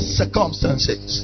circumstances